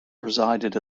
presided